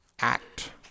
act